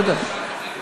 לא יודע,